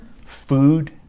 food